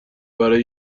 برای